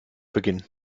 beginnen